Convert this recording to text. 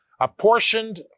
apportioned